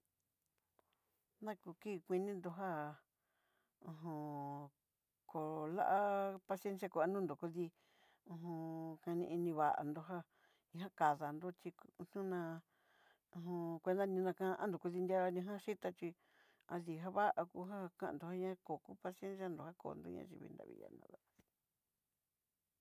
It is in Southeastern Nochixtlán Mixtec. Na kú kuii kuninró já uju kola'a paciencia kó nonró kudí, uju kani ini vanró já ñakadanró chí kuná'a uj cuenta ní nakandó, kuninrí ná kan ñajan xhitá chí, jadí kava'a kugan kandó ñá koku paciensia nró já kodi nria ñaxhí vii na ja nadá.